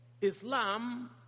Islam